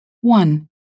One